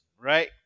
Right